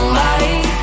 light